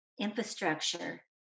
infrastructure